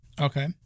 Okay